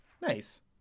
Nice